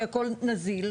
כי הכול נזיל.